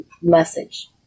message